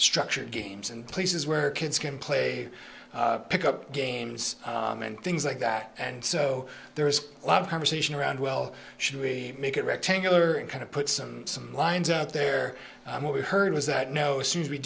structured games and places where kids can play pick up games and things like that and so there is a lot of conversation around well should we make it rectangular and kind of put some some lines out there and what we heard was that no as soon as we